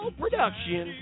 production